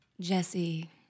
Jesse